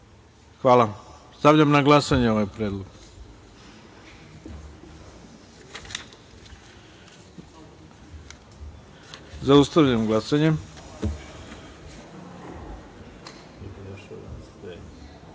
Hvala. Stavljam na glasanje ovaj predlog. Zaustavljam glasanje. Pošto